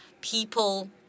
people